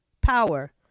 power